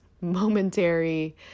momentary